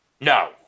No